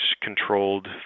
controlled